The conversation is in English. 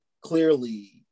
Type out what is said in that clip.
clearly